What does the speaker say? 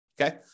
okay